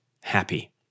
happy